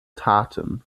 taten